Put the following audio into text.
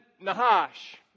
Nahash